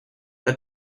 that